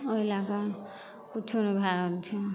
ओहि लएके किच्छो नहि भए रहल छै